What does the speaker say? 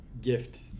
gift